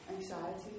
anxiety